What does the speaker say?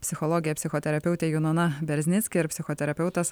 psichologė psichoterapeutė junona berznitski ir psichoterapeutas